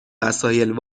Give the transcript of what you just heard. وسایل